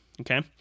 Okay